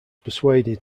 persuaded